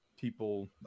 people